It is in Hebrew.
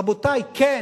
רבותי, כן,